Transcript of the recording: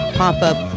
pop-up